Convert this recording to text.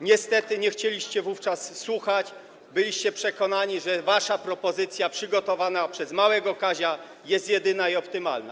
Niestety nie chcieliście wówczas słuchać, byliście przekonani, że wasza propozycja przygotowana przez małego Kazia jest jedyna i optymalna.